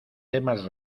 temas